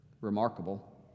remarkable